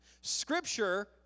Scripture